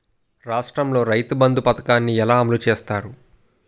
రాష్ట్రంలో రైతుబంధు పథకాన్ని ఎలా అమలు చేస్తారు?